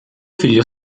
figlio